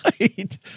right